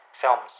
films